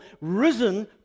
risen